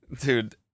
Dude